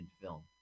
film